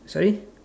sorry